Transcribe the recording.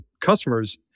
customers